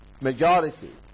Majority